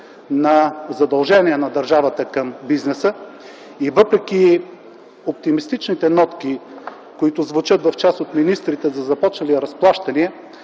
на задължение на държавата към бизнеса и въпреки оптимистичните нотки, които звучат в част от министрите за започнали разплащания,